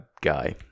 guy